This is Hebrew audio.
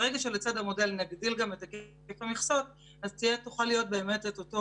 ברגע שבצד המודל נגדיל גם את היקף המכסות אז יוכל להיות אותו,